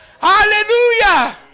Hallelujah